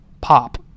pop